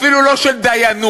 אפילו לא של דיינות.